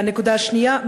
והנקודה השנייה,